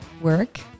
work